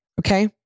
Okay